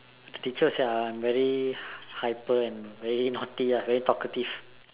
teacher said I am very hyper and very naughty ah very talkative